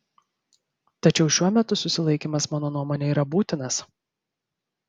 tačiau šuo metu susilaikymas mano nuomone yra būtinas